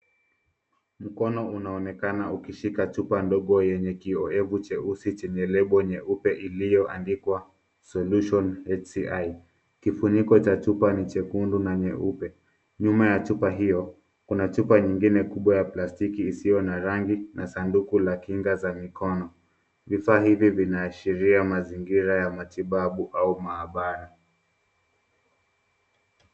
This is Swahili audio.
Mkono unaonekana ukishika chupa ndogo yenye kioevu nyeusi chenye lebo nyeupe iliyoandikwa Solution HCI . Kifuniko cha chupa ni chekundu na nyeupe. Nyuma ya chupa hio, kuna chupa nyingine kubwa ya plastiki isiyo na rangi na sanduku la kinga za mikono. Vifaa hivi vinaashiria mazingira ya matibabu au maabara.